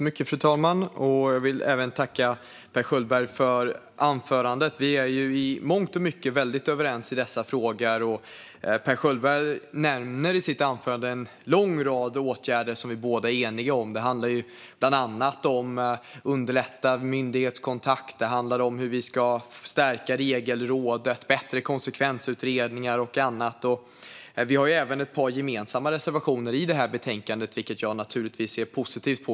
Fru talman! Jag vill tacka Per Schöldberg för anförandet. Vi är i mångt och mycket väldigt överens i dessa frågor. Per Schöldberg nämner i sitt anförande en lång rad åtgärder som vi båda är eniga om. Det handlar bland annat om underlättad myndighetskontakt, om hur vi ska förstärka Regelrådet, om bättre konsekvensutredningar och annat. Vi har även ett par gemensamma reservationer i betänkandet, vilket jag naturligtvis ser positivt på.